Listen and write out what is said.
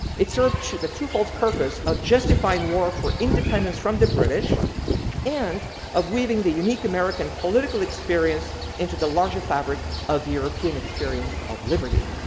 it served to the two-fold purpose of justifying war for independence from the british and of weaving the unique american political experience into the larger fabric of the european experience of liberty.